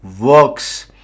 works